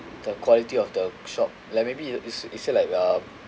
the quality of the shop like maybe you you say like um